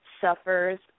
suffers